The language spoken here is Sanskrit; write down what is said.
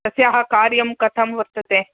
तस्याः कार्यं कथं वर्तते